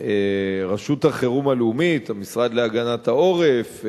רשות החירום הלאומית, המשרד להגנת העורף,